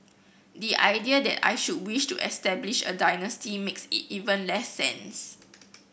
the idea that I should wish to establish a dynasty makes even less sense